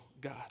God